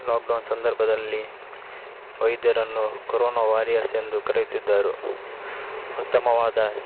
lockdown ಸಂದರ್ಭದಲ್ಲಿ ವೈದ್ಯರನ್ನು corona warriors ಎಂದು ಕರೆಯುತ್ತಿದ್ದರು ಉತ್ತಮವಾದ